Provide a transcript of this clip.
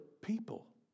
people